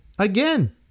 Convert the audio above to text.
Again